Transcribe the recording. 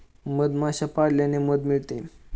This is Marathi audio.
मधमाश्या पाळल्याने मध मिळते